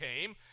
came